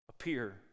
appear